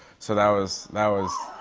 so, that was. that was.